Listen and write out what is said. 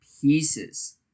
pieces